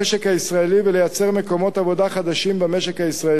הישראלי וליצור מקומות עבודה חדשים במשק הישראלי.